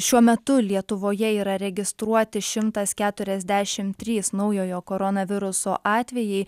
šiuo metu lietuvoje yra registruoti šimtas keturiasdešimt trys naujojo koronaviruso atvejai